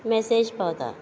message पावता